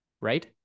right